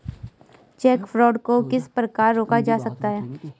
Check fraud को किस प्रकार रोका जा सकता है?